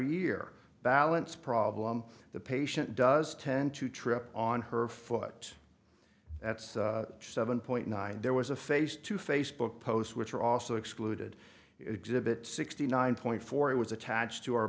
year balance problem the patient does tend to trip on her foot that's seven point nine there was a face to face book posts which are also excluded exhibit sixty nine point four it was attached to our